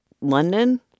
London